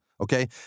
Okay